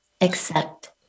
accept